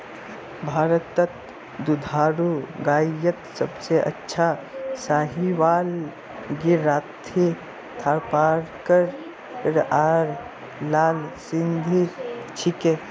भारतत दुधारू गायत सबसे अच्छा साहीवाल गिर राठी थारपारकर आर लाल सिंधी छिके